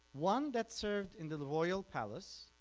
one that served in the the royal palace,